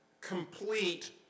Complete